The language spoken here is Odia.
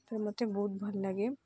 ମୋତେ ବହୁତ ଭଲ ଲାଗେ